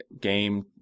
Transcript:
game